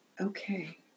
okay